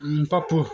Pappu